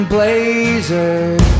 Blazers